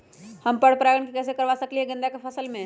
हम पर पारगन कैसे करवा सकली ह गेंदा के फसल में?